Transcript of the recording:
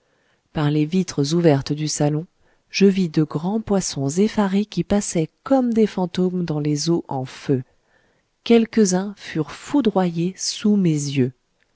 par les vitres ouvertes du salon je vis de grands poissons effarés qui passaient comme des fantômes dans les eaux en feu quelques-uns furent foudroyés sous mes yeux